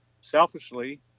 selfishly